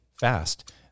Fast